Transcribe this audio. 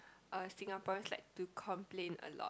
uh Singaporeans like to complain a lot